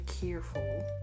careful